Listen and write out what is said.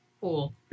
Cool